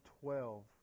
twelve